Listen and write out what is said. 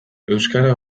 euskara